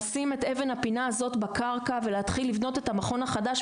לשים את אבן הפינה הזאת בקרקע ולהתחיל לבנות את המכון החדש.